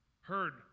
heard